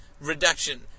reduction